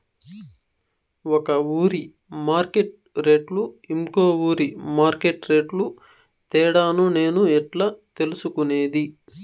ఒక ఊరి మార్కెట్ రేట్లు ఇంకో ఊరి మార్కెట్ రేట్లు తేడాను నేను ఎట్లా తెలుసుకునేది?